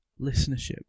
listenership